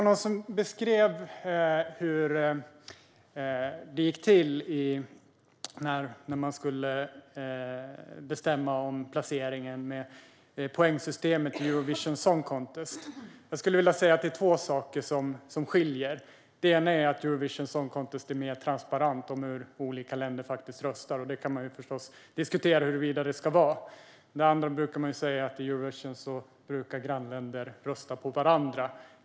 Någon jämförde hur det gick till när man skulle bestämma placeringen med poängsystemet i Eurovision Song Contest. Jag tycker att det finns två saker som skiljer. Den ena är att det i Eurovision Song Contest är mer transparent hur olika länder röstar. Man kan naturligtvis diskutera om det ska vara på det sättet. Den andra saken är att i Eurovision Song Contest brukar grannländer rösta på varandra.